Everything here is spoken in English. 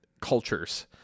cultures